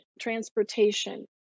transportation